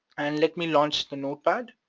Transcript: and let me launch the notepad,